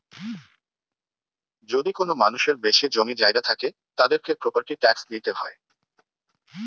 যদি কোনো মানুষের বেশি জমি জায়গা থাকে, তাদেরকে প্রপার্টি ট্যাক্স দিইতে হয়